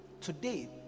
today